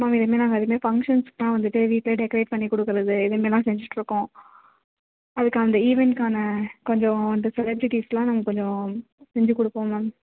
ma'am இது மாரி நாங்கள் அது மாரி ஃபங்க்ஷன்ஸ்க்கு எல்லாம் வந்துவிட்டு வீட்ல டெக்ரேட் பண்ணி கொடுக்குறது இது மாரிலாம் செஞ்சிகிட்டு இருக்கோம் அதுக்கு அந்த ஈவெண்ட்க்கான கொஞ்சம் நாங்கள் கொஞ்சம் செஞ்சி கொடுப்போம் மேம்